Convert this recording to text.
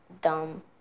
dumb